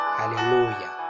hallelujah